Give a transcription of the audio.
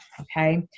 okay